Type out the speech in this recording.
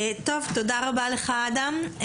תודה רבה לך, אדם.